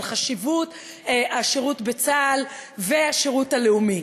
על חשיבות השירות בצה"ל והשירות הלאומי.